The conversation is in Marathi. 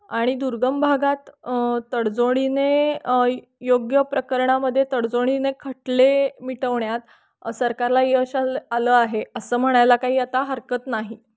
आणि दुर्गम भागात तडजोडीने योग्य प्रकरणामध्ये तडजोडीने खटले मिटवण्यात सरकारला यश आलं आलं आहे असं म्हणायला काही आता हरकत नाही